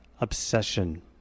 Obsession